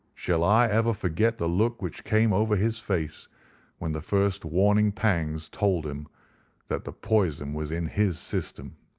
shall i ever forget the look which came over his face when the first warning pangs told him that the poison was in his system?